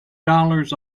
dollars